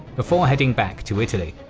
before heading back to italy.